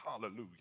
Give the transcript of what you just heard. hallelujah